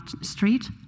Street